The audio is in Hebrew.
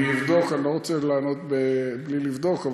אני אבדוק, אני לא רוצה לענות בלי לבדוק.